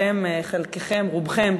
רובכם,